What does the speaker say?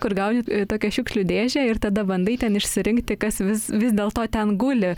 kur gauni tokią šiukšlių dėžę ir tada bandai ten išsirinkti kas vis vis dėl to ten guli